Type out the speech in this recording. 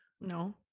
No